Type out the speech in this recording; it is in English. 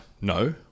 No